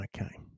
Okay